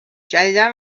جدیدا